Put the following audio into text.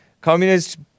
Communist